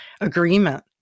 agreement